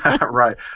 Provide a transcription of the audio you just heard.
Right